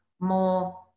more